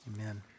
Amen